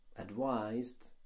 advised